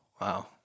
Wow